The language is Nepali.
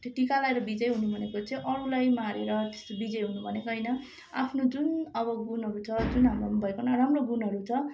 त्यो टिका लगाएर विजय हुनु भनेको चाहिँ अरूलाई मारेर त्यस्तो विजय हुनु भनेको होइन आफ्नो जुन अब गुणहरू छ जुन हाम्रोमा भएको नराम्रो गुणहरू छ